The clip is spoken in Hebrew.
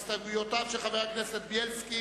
להצבעה על הסתייגויותיו של חבר הכנסת בילסקי.